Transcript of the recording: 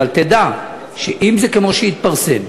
אבל תדע שאם זה כמו שזה התפרסם,